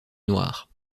noir